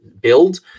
build